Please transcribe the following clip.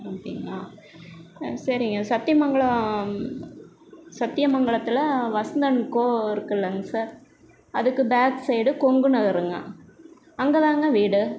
அப்படிங்களா சரிங்க சத்தியமங்கலம் சத்தியமங்கலத்தில் வசந்தன் அண்ட் கோ இருக்குதில்லங்க சார் அதுக்கு பேக் சைடு கொங்கு நகருங்க அங்கே தாங்க வீடு